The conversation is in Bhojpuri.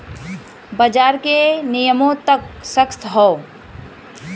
बाजार के नियमों त सख्त हौ